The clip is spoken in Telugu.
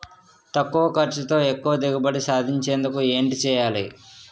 తక్కువ ఖర్చుతో ఎక్కువ దిగుబడి సాధించేందుకు ఏంటి చేయాలి?